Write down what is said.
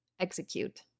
Execute